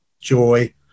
joy